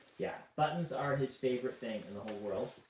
yeah, buttons are his favorite thing in the whole world.